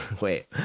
wait